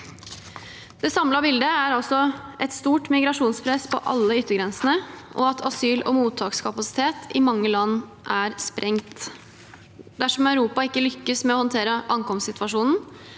Det samlede bildet er altså et stort migrasjonspress på alle yttergrensene, og at asyl- og mottakskapasitet i mange land er sprengt. Dersom Europa ikke lykkes med både å håndtere ankomstsituasjonen